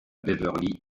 beverly